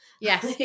Yes